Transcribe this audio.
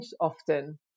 often